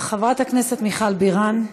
חברת הכנסת מיכל בירן,